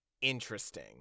interesting